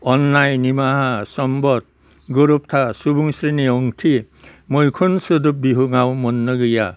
अननाय निमाहा समबद गोरोबथा सुबुंस्रिनि ओंथि मैखुन सोदोब बिहुङाव मोननो गैया